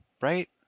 right